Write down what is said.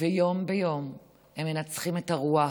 ויום-יום הם מנצחים עם הרוח,